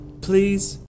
please